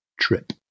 trip